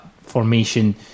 formation